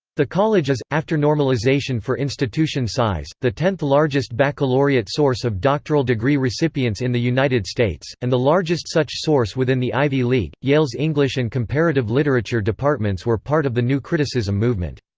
the college is, after normalization for institution size, the tenth-largest baccalaureate source of doctoral degree recipients in the united states, and the largest such source within the ivy league yale's english and comparative literature departments were part of the new criticism movement.